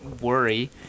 worry